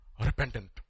repentant